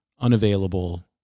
unavailable